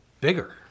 bigger